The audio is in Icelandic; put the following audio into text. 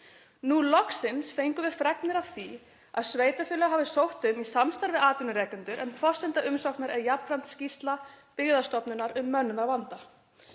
Nú loksins fengum við fregnir af því að sveitarfélag hafi sótt um í samstarfi við atvinnurekendur en forsenda umsóknar er jafnframt skýrsla Byggðastofnunar um mönnunarvanda.